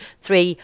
three